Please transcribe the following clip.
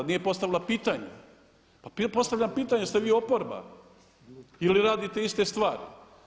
Nije postavila pitanje, pa postavljam pitanje jer ste vi oporba ili radite iste stvari?